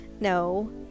No